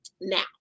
Now